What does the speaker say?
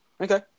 Okay